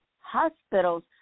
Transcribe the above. hospitals